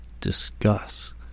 discuss